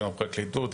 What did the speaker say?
גם הפרקליטות,